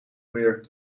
muur